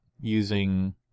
using